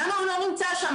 למה הוא לא נמצא שם,